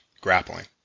grappling